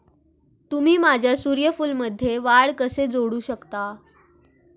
तुम्ही माझ्या सूर्यफूलमध्ये वाढ कसे जोडू शकता?